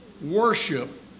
worship